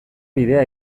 bidea